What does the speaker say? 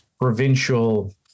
provincial